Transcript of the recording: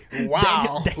Wow